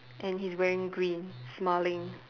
and he's wearing green smiling